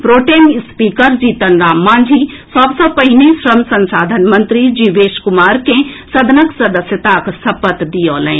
pro tem speaker Jitan Ram Manjhi सभ सँ पहिने श्रम संसाधन मंत्री जीवेश कुमार के सदनक सदस्यताक सपत दियौलनि